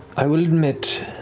i will admit,